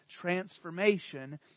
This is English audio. transformation